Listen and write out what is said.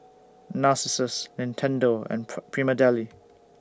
Narcissus Nintendo and Prima Deli